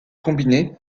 combiné